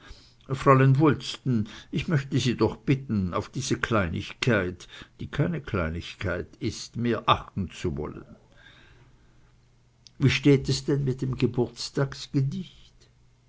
fräulein wulsten ich möchte sie doch bitten auf diese kleinigkeit die keine kleinigkeit ist mehr achten zu wollen wie steht es denn mit dem